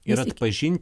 ir atpažinti